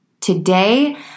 Today